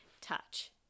touch